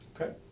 okay